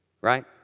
Right